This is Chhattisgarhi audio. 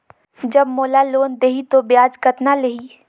जब मोला लोन देही तो ब्याज कतना लेही?